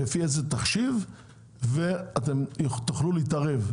לפי איזה תחשיב ואתם תוכלו להתערב.